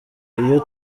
iyo